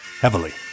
heavily